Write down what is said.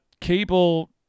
cable